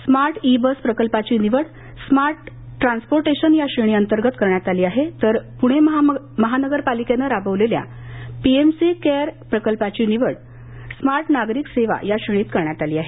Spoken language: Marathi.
स्मार्ट ई बस प्रकल्पाची निवड स्मार्ट ट्रान्सपोटेंशन या श्रेणीअंतर्गत करण्यात आली आहे तर पूणे महानगरपालिकेनं राबवलेल्या पीएमसी केअर प्रकल्पाधी निवड स्मार्ट नागरिक सेवा या श्रेणीत करण्यात आली आहे